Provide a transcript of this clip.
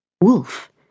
Wolf